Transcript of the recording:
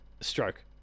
Stroke